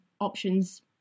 options